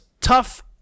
tough